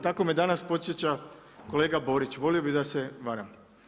Tako me danas podsjeća kolega Borić, volio bih da se varam.